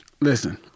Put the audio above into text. Listen